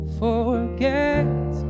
forget